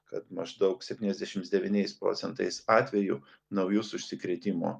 kad maždaug septyniasdešims devyniais procentais atvejų naujus užsikrėtimo